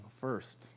first